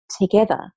together